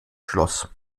schloss